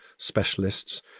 specialists